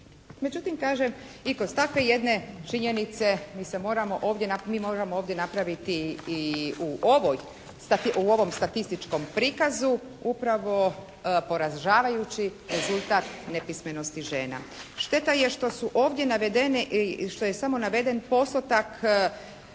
Međutim kažem i kroz takve jedne činjenice mi moramo ovdje napraviti i u ovom statističkom prikazu upravo poražavajući rezultat nepismenosti žena. Šteta je što su ovdje navedene i što je samo naveden postotak